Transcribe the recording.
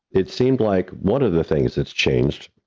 it seemed like one of the things that's changed